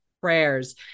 prayers